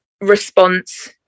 response